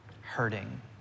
hurting